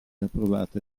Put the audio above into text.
approvate